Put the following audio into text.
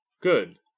good